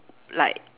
like